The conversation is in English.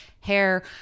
hair